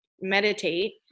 meditate